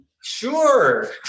Sure